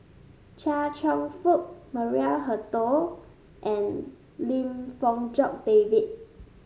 Chia Cheong Fook Maria Hertogh and Lim Fong Jock David